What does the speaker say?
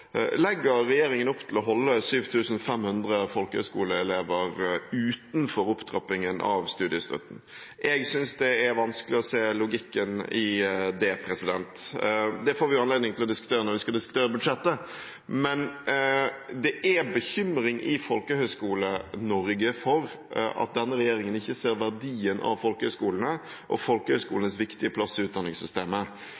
legger regjeringen opp til å holde 7 500 folkehøyskoleelever utenfor opptrappingen av studiestøtten. Jeg synes det er vanskelig å se logikken i det. Det får vi anledning til å diskutere når vi skal diskutere budsjettet, men det er bekymring i Folkehøyskole-Norge for at denne regjeringen ikke ser verdien av folkehøyskolene og